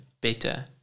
better